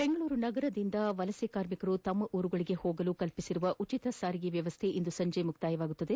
ಬೆಂಗಳೂರು ನಗರದಿಂದ ವಲಸೆ ಕಾರ್ಮಿಕರು ತಮ್ಮ ಊರುಗಳಗೆ ಹೋಗಲು ಕಲ್ಪಿಸಿರುವ ಉಚಿತ ಸಾರಿಗೆ ವ್ಯವಸ್ಥೆ ಇಂದು ಸಂಜೆ ಕೊನೆಯಾಗಲಿದೆ